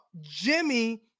Jimmy